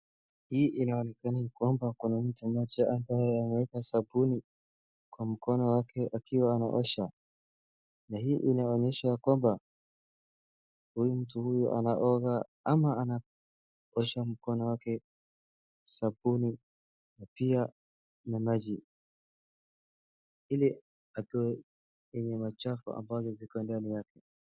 Hii inaonekana kwamba kuna mtu mmoja ambaye ameweka sabuni kwa mkono wake akiwa anaosha. Na hii inaonyesha ya kwamba huyo mtu anaoga ama anaosha mkono wake na sabuni na pia na maji ili atoe yenye machafu ziko ndani yake.